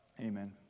amen